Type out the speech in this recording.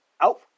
out